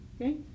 okay